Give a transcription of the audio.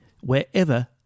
Wherever